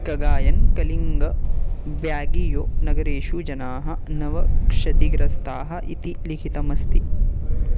Cagayan Kalinga Baguio नगरेषु जनाः नव क्षतिग्रस्ताः इति लिखितमस्ति